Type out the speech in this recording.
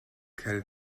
cerdd